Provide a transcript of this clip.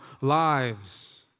lives